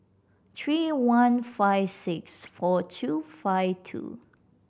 three one five six four two five two